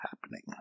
happening